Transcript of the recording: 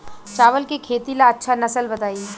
चावल के खेती ला अच्छा नस्ल बताई?